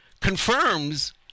confirms